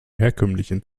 herkömmlichen